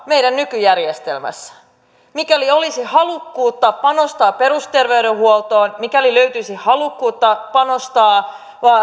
meidän nykyjärjestelmässämme mikäli olisi halukkuutta panostaa perusterveydenhuoltoon mikäli löytyisi halukkuutta panostaa